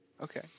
Okay